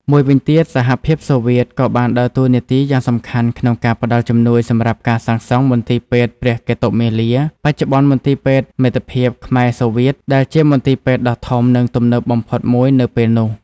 មួយវិញទៀត សហភាពសូវៀតក៏បានដើរតួនាទីយ៉ាងសំខាន់ក្នុងការផ្តល់ជំនួយសម្រាប់ការសាងសង់ មន្ទីរពេទ្យព្រះកេតុមាលា បច្ចុប្បន្នមន្ទីរពេទ្យមិត្តភាពខ្មែរ-សូវៀត ដែលជាមន្ទីរពេទ្យដ៏ធំ និងទំនើបបំផុតមួយនៅពេលនោះ។